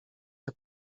się